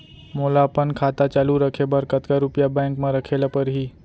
मोला अपन खाता चालू रखे बर कतका रुपिया बैंक म रखे ला परही?